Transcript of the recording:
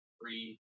free